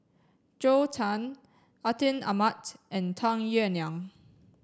Zhou Can Atin Amat and Tung Yue Nang